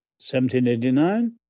1789